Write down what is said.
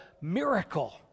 miracle